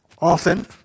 Often